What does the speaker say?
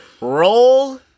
Roll